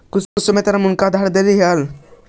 कुछ समय तक हम उनका उधार देली हल